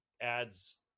ads